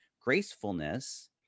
gracefulness